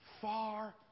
far